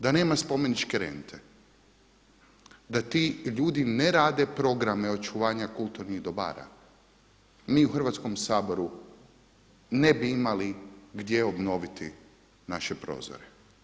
Da nema spomeničke rente, da ti ljudi ne rade programe očuvanja kulturnih dobara mi u Hrvatskom saboru ne bi imali gdje obnoviti naše prozore.